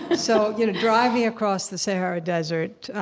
ah so you know driving across the sahara desert